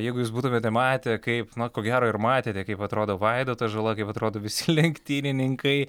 jeigu jūs būtumėte matę kaip na ko gero ir matėte kaip atrodo vaidotas žala kaip atrodo visi lenktynininkai